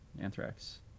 Anthrax